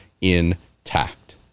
intact